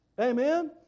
amen